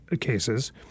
cases